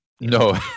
No